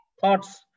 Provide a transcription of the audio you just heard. thoughts